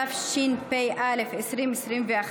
התשפ"א 2021,